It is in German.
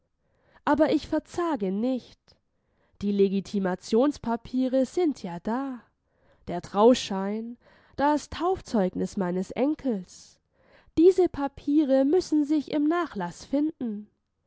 aber ich verzage nicht die legitimationspapiere sind ja da der trauschein das taufzeugnis meines enkels diese papiere müssen sich im nachlaß finden